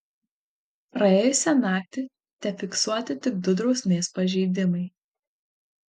praėjusią naktį tefiksuoti tik du drausmės pažeidimai